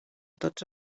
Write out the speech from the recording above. tots